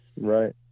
Right